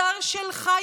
השר שלך,